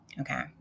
okay